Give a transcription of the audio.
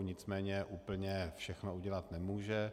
Nicméně úplně všechno udělat nemůže.